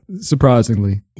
Surprisingly